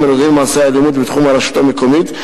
הנוגעים במעשי האלימות בתחום הרשות המקומית,